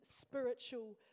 spiritual